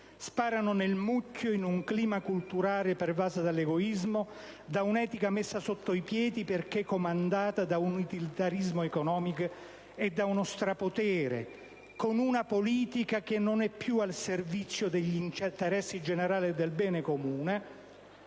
Sparano nel mucchio in un clima culturale pervaso dall'egoismo, da un'etica messa sotto i piedi perché comandata da un utilitarismo economico e dallo strapotere dei *mass media*, con una politica che non è più al servizio degli interessi generali e del bene comune;